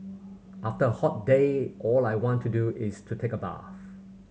after a hot day all I want to do is to take a bath